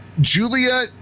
Julia